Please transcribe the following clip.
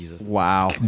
wow